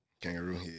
Kangaroo